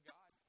God